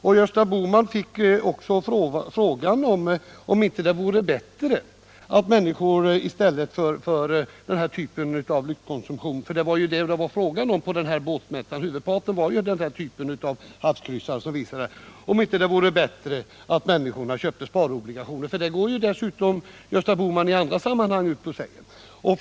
Men Gösta Bohman fick också frågan om det inte vore bättre att människor i stället för denna typ av Ilyxkonsumtion — för det var ju det det var fråga om, huvudparten av de bätar som visades på mässan var havskryssare — köpte sparobligationer. Detta går ju herr Bohman i andra sammanhang ut och pläderar för.